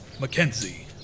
Mackenzie